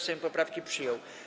Sejm poprawki przyjął.